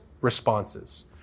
responses